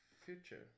future